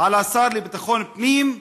על השר לביטחון פנים,